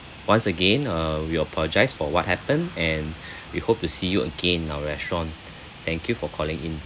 once again uh we apologise for what happened and we hope to see you again in our restaurant thank you for calling in